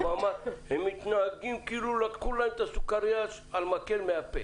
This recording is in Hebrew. הוא בא ואמר שהם מתנהגים כאילו לקחו להם את הסוכרייה על מקל מהפה.